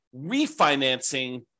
refinancing